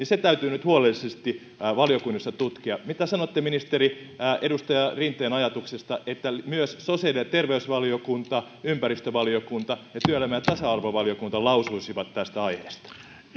täytyy nyt huolellisesti valiokunnissa tutkia mitä sanotte ministeri edustaja rinteen ajatuksesta että myös sosiaali ja terveysvaliokunta ympäristövaliokunta ja työelämä ja tasa arvovaliokunta lausuisivat tästä aiheesta